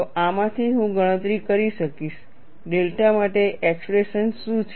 તો આમાંથી હું ગણતરી કરી શકીશ ડેલ્ટા માટે એક્સપ્રેશન શું છે